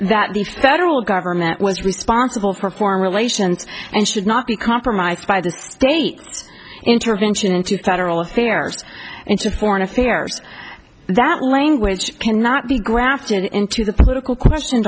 that the federal government was responsible for foreign relations and should not be compromised by the state intervention into thought or all affairs into foreign affairs that language cannot be grafted into the political question